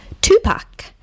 Tupac